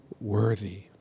worthy